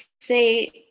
say